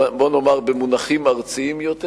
בוא נאמר, במונחים ארציים יותר.